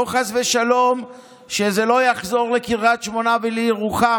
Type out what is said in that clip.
לא חס ושלום שזה יחזור לקריית שמונה ולירוחם,